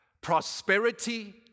prosperity